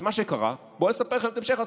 אז מה שקרה, בואו, אני אספר לכם את המשך הסיפור.